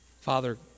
Father